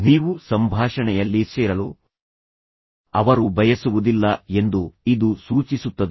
ನೀವು ಸಂಭಾಷಣೆಯಲ್ಲಿ ಸೇರಲು ಅವರು ಬಯಸುವುದಿಲ್ಲ ಎಂದು ಇದು ಸೂಚಿಸುತ್ತದೆ